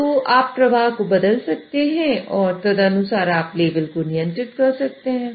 तो आप प्रवाह को बदल सकते हैं और तदनुसार आप लेवल को नियंत्रित कर सकते हैं